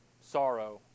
sorrow